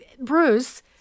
Bruce